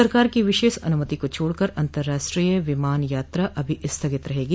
सरकार को विशेष अनुमति को छोडकर अंतराष्ट्रीय विमान यात्रा अभी स्थगित रहेगी